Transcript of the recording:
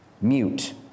mute